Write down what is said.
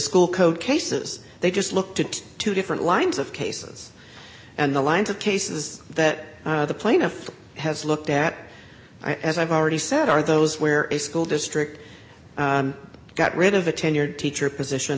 school code cases they just looked at two different lines of cases and the lines of cases that the plaintiff has looked at as i've already said are those where a school district got rid of a tenured teacher position